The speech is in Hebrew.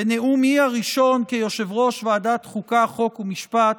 בנאומי הראשון כיושב-ראש ועדת החוקה, חוק ומשפט,